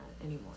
anymore